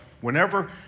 whenever